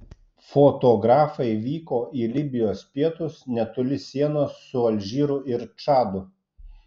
fotografai vyko į libijos pietus netoli sienos su alžyru ir čadu